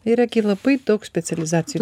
yra gi labai daug specializuocijų